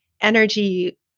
energy